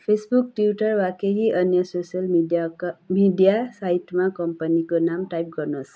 Facebook Twitter वा केही अन्य सोसियल मिडियाका मिडिया साइटमा कम्पनीको नाम टाइप गर्नुहोस्